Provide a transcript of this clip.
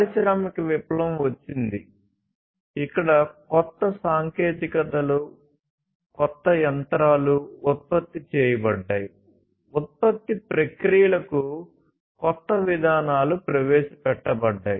పారిశ్రామిక విప్లవం వచ్చింది ఇక్కడ కొత్త సాంకేతికతలు కొత్త యంత్రాలు ఉత్పత్తి చేయబడ్డాయి ఉత్పత్తి ప్రక్రియలకు కొత్త విధానాలు ప్రవేశపెట్టబడ్డాయి